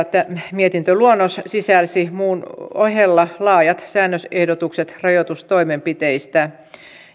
mietintöluonnos sisälsi muun ohella laajat säännösehdotukset rajoitustoimenpiteistä